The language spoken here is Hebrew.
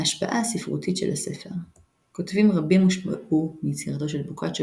ההשפעה הספרותית של הספר כותבים רבים הושפעו מיצירתו של בוקאצ'ו